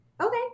Okay